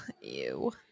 Ew